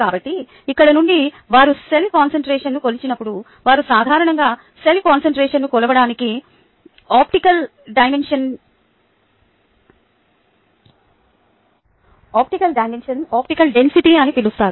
కాబట్టి ఇక్కడ నుండి వారు సెల్ కాన్సంట్రేషన్ను కొలిచినప్పుడు వారు సాధారణంగా సెల్ కాన్సంట్రేషన్ను కొలవడానికి ఆప్టికల్ డెన్సిటీ అని పిలుస్తారు